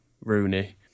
Rooney